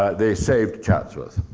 ah they saved chatsworth.